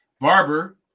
Barber